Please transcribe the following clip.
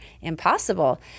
impossible